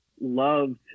loved